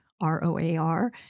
R-O-A-R